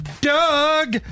Doug